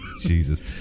jesus